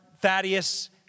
Thaddeus